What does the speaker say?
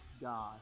God